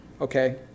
Okay